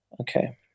Okay